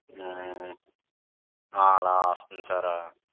అలా వస్తుంది సారూ